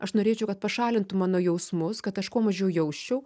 aš norėčiau kad pašalintų mano jausmus kad aš kuo mažiau jausčiau